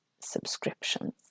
subscriptions